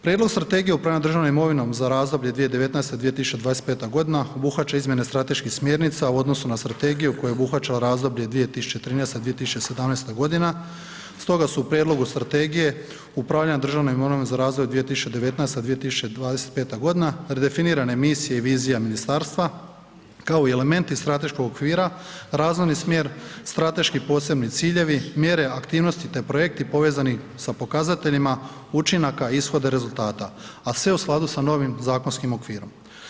Prijedlog Strategije upravljanja državnom imovinom za razdoblje 2019. – 2025. g. obuhvaća izmjene strateških smjernica u odnosu na strategiju koje je obuhvaćalo razdoblje 2013. – 2017. g. stoga su u prijedlogu Strategije upravljanja državnom imovinom za razdoblje 2019. – 2025. g. redefinirane misije i vizija ministarstva kao i elementi strateškog okvira, razvojni smjer, strateški posebni ciljevi, mjere aktivnosti te projekti povezani sa pokazateljima učinaka ishoda rezultata a sve u skladu sa novim zakonskim okvirom.